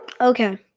Okay